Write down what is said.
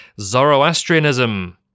Zoroastrianism